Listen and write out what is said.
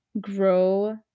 grow